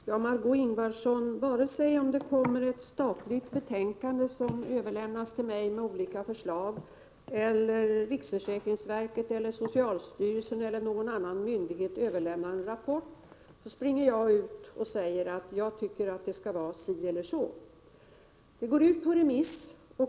Herr talman! Vare sig det, Margé Ingvardsson, kommer ett statligt betänkande med olika förslag som överlämnas till mig, eller riksförsäkringsverket, socialstyrelsen eller någon annan myndighet överlämnar en rapport, springer jag inte ut och säger att jag tycker att det skall vara si eller så. Det går ut på remiss.